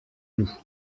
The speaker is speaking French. nous